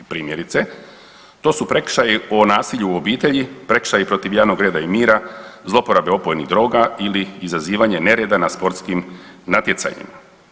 Primjerice, to su prekršaji o nasilju u obitelji, prekršaji protiv javnog reda i mira, zlouporabe opojnih droga ili izazivanje nereda na sportskim natjecanjima.